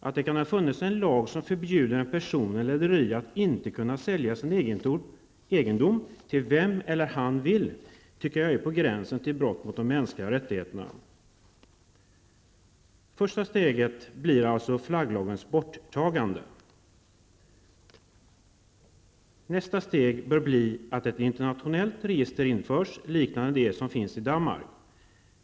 Att det kan ha funnits en lag som förbjuder en person eller ett rederi att sälja sin egendom till vem eller vilka han vill tycker jag är på gränsen till brott mot de mänskliga rättigheterna. Första steget blir alltså flagglagens borttagande. Nästa steg bör bli att ett internationellt register införs liknande det som finns i Danmark.